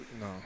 no